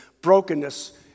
Brokenness